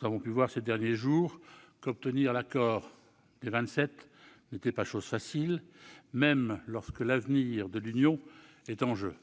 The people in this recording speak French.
Nous avons pu voir ces derniers jours qu'obtenir l'accord des Vingt-Sept n'est pas chose facile, même lorsque l'avenir de l'Union est en jeu.